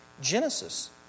Genesis